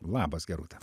labas gerūta